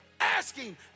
asking